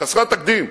חסרת תקדים,